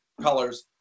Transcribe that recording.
colors